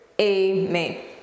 Amen